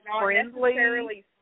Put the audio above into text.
friendly